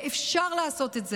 ואפשר לעשות את זה.